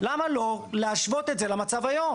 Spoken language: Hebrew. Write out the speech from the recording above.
למה לא להשוות את זה למצב היום?